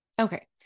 Okay